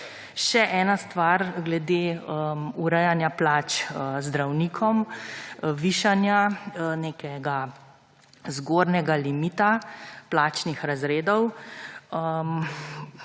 Še ena stvar glede urejanja plač zdravnikom, višanja nekega zgornjega limita plačnih razredov.